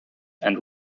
and